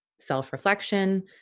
self-reflection